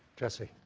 jesse.